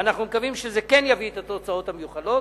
ואנחנו מקווים שזה כן יביא את התוצאות המיוחלות,